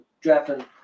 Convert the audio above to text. drafting